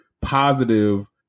positive